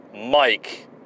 Mike